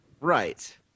Right